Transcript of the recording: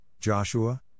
Joshua